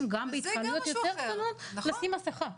גם בהתקהלויות יותר קטנות לשים מסכה.